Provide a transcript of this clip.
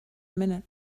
minute